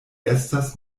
estas